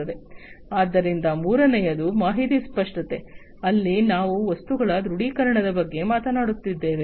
ಆದ್ದರಿಂದ ಮೂರನೆಯದು ಮಾಹಿತಿ ಸ್ಪಷ್ಟತೆ ಅಲ್ಲಿ ನಾವು ವಸ್ತುಗಳ ದೃಶ್ಯೀಕರಣದ ಬಗ್ಗೆ ಮಾತನಾಡುತ್ತಿದ್ದೇವೆ